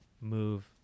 move